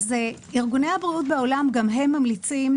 ארגוני הבריאות בעולם ממליצים,